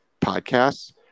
podcasts